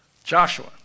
Joshua